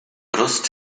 brust